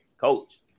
coach